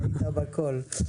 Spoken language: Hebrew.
ידך בכל.